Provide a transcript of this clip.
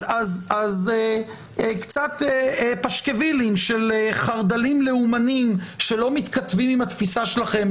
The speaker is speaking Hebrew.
אז קצת פשקווילים של חרד"לים לאומניים שלא מתכתבים עם התפיסה שלכם,